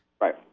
Right